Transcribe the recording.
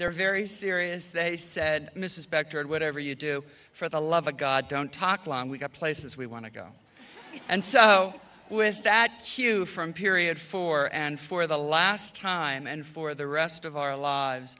they're very serious they said mrs specter and whatever you do for the love of god don't talk long we've got places we want to go and so with that hue from period four and for the last time and for the rest of our lives